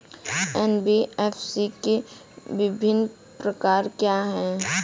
NBFC के विभिन्न प्रकार क्या हैं?